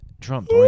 Trump